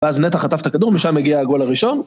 ואז נטע חטף את הכדור ומשם הגיע הגול הראשון